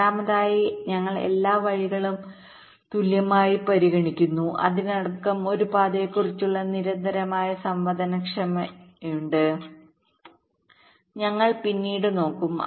രണ്ടാമതായി ഞങ്ങൾ എല്ലാ വഴികളും തുല്യമായി പരിഗണിക്കുന്നു അതിനർത്ഥം ഒരു പാതയെക്കുറിച്ചുള്ള നിരന്തരമായ സംവേദനക്ഷമതയുണ്ട് ഞങ്ങൾ പിന്നീട് നോക്കും